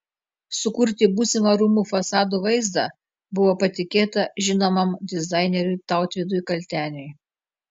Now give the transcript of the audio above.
sukurti būsimą rūmų fasadų vaizdą buvo patikėta žinomam dizaineriui tautvydui kalteniui